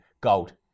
Gold